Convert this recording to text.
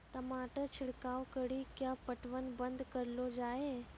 टमाटर छिड़काव कड़ी क्या पटवन बंद करऽ लो जाए?